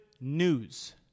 news